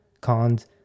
Cons